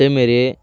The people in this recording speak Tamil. அதேமாரி